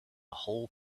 whole